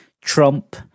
Trump